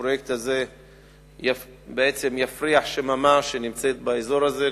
הפרויקט הזה יפריח שממה שקיימת באזור הזה,